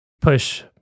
push